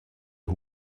who